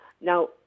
now